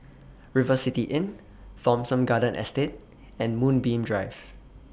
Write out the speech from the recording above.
River City Inn Thomson Garden Estate and Moonbeam Drive